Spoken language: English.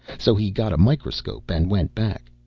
so he got a microscope and went back.